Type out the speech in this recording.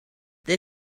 they